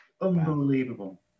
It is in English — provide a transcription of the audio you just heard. unbelievable